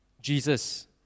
Jesus